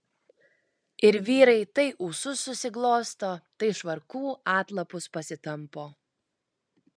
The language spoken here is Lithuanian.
ir vyrai tai ūsus susiglosto tai švarkų atlapus pasitampo